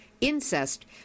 Incest